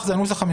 בקצרה.